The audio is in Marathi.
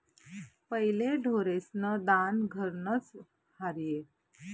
पहिले ढोरेस्न दान घरनंच र्हाये